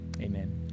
amen